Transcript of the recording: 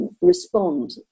respond